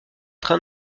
train